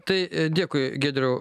tai dėkui giedriau